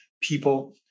people